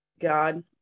God